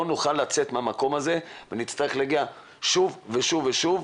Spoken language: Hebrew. נוכל לצאת מהמקום הזה ונצטרך להגיע שוב ושוב ושוב,